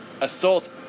assault